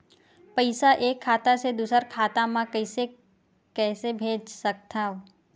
पईसा एक खाता से दुसर खाता मा कइसे कैसे भेज सकथव?